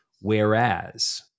Whereas